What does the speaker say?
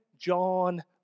John